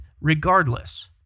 regardless